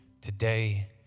Today